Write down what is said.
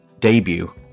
debut